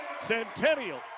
Centennial